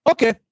Okay